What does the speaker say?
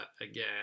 again